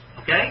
okay